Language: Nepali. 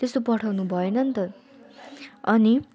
त्यस्तो पठाउनु भएन नि त अनि